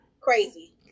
crazy